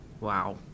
Wow